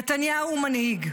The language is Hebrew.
נתניהו הוא מנהיג.